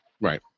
Right